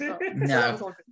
No